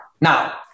Now